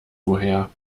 woher